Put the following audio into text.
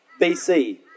BC